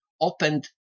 opened